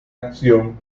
acción